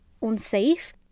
unsafe